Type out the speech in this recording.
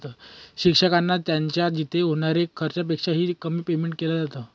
शिक्षकांना त्यांच्या तिथे होणाऱ्या खर्चापेक्षा ही, कमी पेमेंट केलं जात